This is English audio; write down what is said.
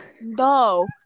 No